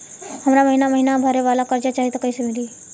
हमरा महिना महीना भरे वाला कर्जा चाही त कईसे मिली?